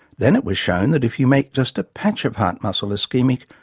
then, it was shown that if you make just a patch of heart muscle ischemic,